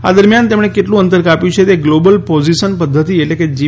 આ દરમિયાન તેમણે કેટલું અંતર કાપ્યું છે તે ગ્લોબલ પોઝિશન પધ્ધતિ એટલે કે જી